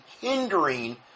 hindering